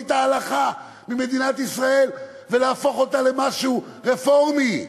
את ההלכה ממדינת ישראל ולהפוך אותה למשהו רפורמי.